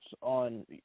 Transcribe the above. on